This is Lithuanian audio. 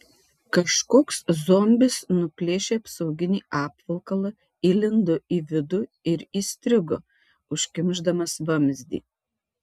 kažkoks zombis nuplėšė apsauginį apvalkalą įlindo į vidų ir įstrigo užkimšdamas vamzdį